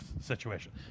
situation